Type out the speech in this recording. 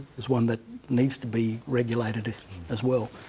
is one that needs to be regulated as well.